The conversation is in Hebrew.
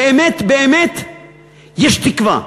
באמת-באמת יש תקווה.